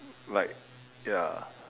like ya